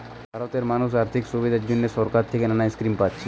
ভারতের মানুষ আর্থিক সুবিধার জন্যে সরকার থিকে নানা স্কিম পাচ্ছে